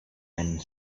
and